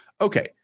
Okay